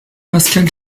pascal